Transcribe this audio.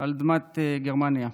על אדמת גרמניה.